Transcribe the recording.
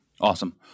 Awesome